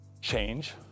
change